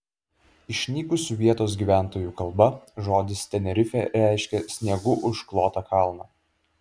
išnykusių vietos gyventojų kalba žodis tenerifė reiškia sniegu užklotą kalną